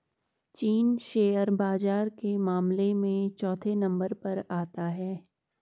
चीन शेयर बाजार के मामले में चौथे नम्बर पर आता है